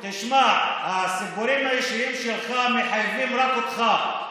תשמע, הסיפורים האישיים שלך מחייבים רק אותך.